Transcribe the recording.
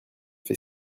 fait